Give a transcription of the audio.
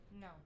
No